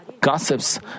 gossips